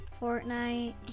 Fortnite